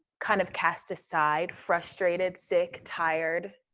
kind of cast aside, frustrated, sick, tired.